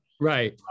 Right